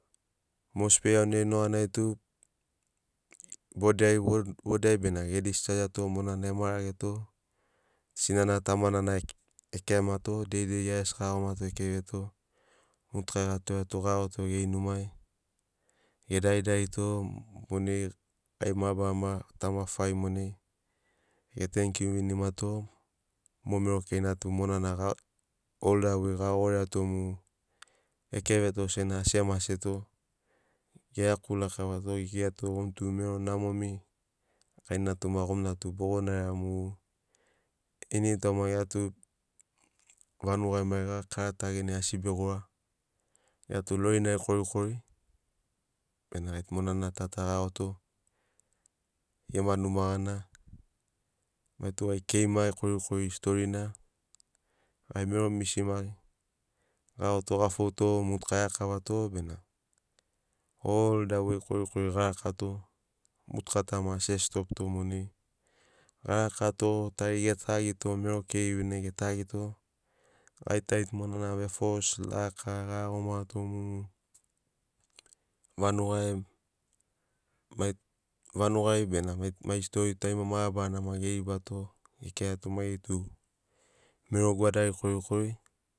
Mosbi iauna nuganai tu wod ai bena ge dischagiato monana ema rageto sinana tamana ge keamato deidei gia gesi ga iagomato e keveto motukai ga toreato ga iagoto geri numai ge daridarito monai gai mabarama tauma faiv monai ge tanikiu vinimato mo mero keina tu monana ol da wei ga goriato mu ekeveto sena asi e maseto ge iaku lakavato ge kirato gomi tu mero namomi gai natuma tu gomina bogo naria mu ini toma gia tu vanugai maiga karata gia genai asi begora gia tu lorinai korikori bena gaitu monana ta ta ga iagoto gema numa gari. Mai tu gai keimai korikori storina gai mero misima ga iagoto ga fouto motuka erakavato bena ol da we korikori ga rakato motuka ta maki asi e stopito monai ga rakato tari ge tagito mero keiri bene ge tagito gai tari tu monana vefosi laka ga iagomato mu vanugai ena mai stori tu tarima mabarana maki ge ribato gekirato mai geri maitu mero gwadari korikori.